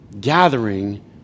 gathering